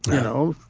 you know,